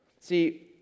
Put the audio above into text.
See